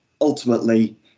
ultimately